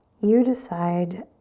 you decide